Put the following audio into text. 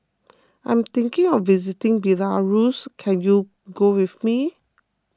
I'm thinking of visiting Belarus can you go with me